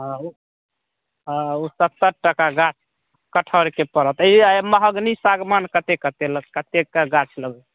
हँ ओ हँ ओ सत्तरि टका गाछ कठहरके परत ये ई महगनी सागवान कते कते कतेके गाछ लेबै